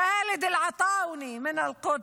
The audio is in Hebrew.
חאלד אל עטאונה מאל-קודס,